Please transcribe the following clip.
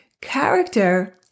Character